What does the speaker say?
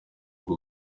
urwo